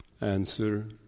Answer